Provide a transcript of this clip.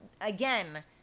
again